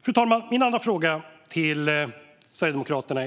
Fru talman! Jag har en andra fråga till Sverigedemokraterna.